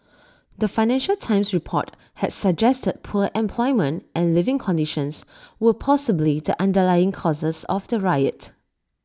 the financial times report had suggested poor employment and living conditions were possibly the underlying causes of the riot